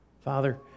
Father